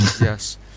Yes